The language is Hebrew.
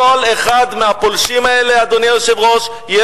אדוני היושב-ראש, לכל אחד מהפולשים האלה יש כתובת.